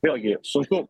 vėlgi sunku